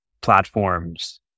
platforms